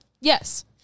Yes